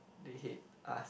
they hate us